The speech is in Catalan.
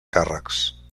càrrecs